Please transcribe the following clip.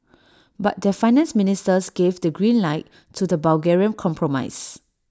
but their finance ministers gave the green light to the Bulgarian compromise